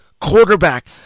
quarterback